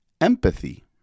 empathy